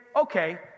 okay